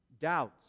Doubts